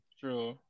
true